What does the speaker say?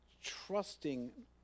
trusting